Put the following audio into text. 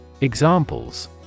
Examples